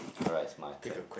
alright it's my turn